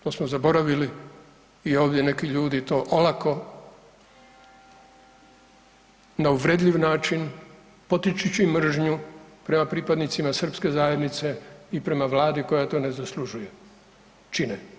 To smo zaboravili i ovdje neki ljudi to olako na uvredljiv način potičući mržnju prema pripadnicima srpske zajednice i prema vladi koja to ne zaslužuje čine.